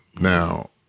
Now